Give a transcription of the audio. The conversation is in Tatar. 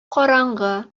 караңгы